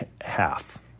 half